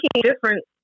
different